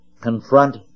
confront